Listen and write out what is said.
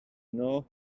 know